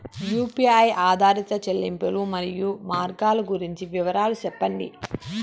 UPI ఆధారిత చెల్లింపులు, మరియు మార్గాలు గురించి వివరాలు సెప్పండి?